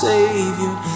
Savior